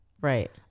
right